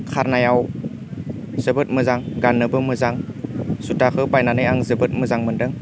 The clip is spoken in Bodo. खारनायाव जोबोद मोजां गाननोबो मोजां जुटाखौ बायनानै आं जोबोद मोजां मोन्दों